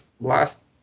last